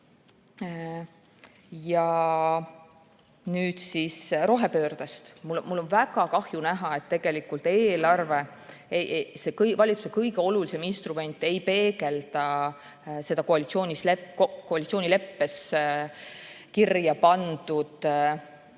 Ja nüüd siis rohepöördest. Mul on väga kahju näha, et eelarve, see valitsuse kõige olulisem instrument, ei peegelda koalitsioonileppes kirja pandud rohepöörde